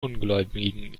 ungläubigen